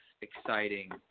exciting